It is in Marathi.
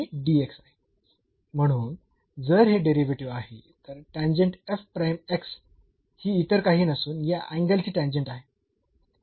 म्हणून जर हे डेरिव्हेटिव्ह आहे तर टॅन्जेंट ही इतर काही नसून या अँगल ची टॅन्जेंट आहे